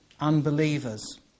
unbelievers